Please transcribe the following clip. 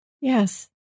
yes